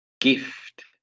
gift